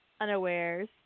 Unawares